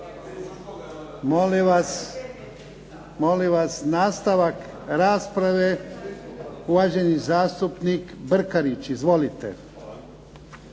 se./… Molim vas, nastavak rasprave. Uvaženi zastupnik Brkarić. Izvolite.